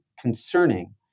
concerning